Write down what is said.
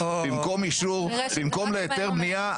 במקום להיתר בנייה,